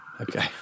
Okay